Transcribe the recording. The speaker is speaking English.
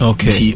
Okay